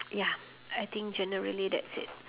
ya I think generally that's it